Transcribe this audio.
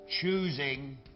choosing